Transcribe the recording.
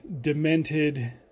demented